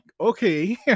okay